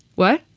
well